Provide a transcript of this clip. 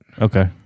Okay